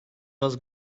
was